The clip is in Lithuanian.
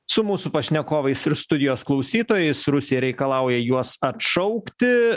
su mūsų pašnekovais ir studijos klausytojais rusija reikalauja juos atšaukti